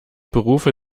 berufe